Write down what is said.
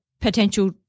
potential